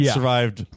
survived